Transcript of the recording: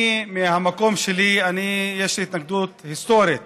מהמקום שלי, אני יש לי התנגדות היסטורית